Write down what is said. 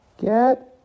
Get